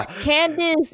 Candace